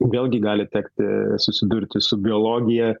vėlgi gali tekti susidurti su biologija